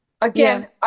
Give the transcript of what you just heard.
Again